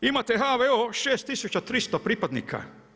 Imate HVO, 6300 pripadnika.